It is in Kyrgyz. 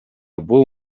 бул